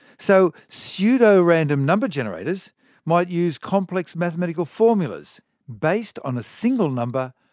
so pseudo-random number generators might use complex mathematical formulas based on a single number,